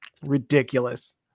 ridiculous